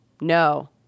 No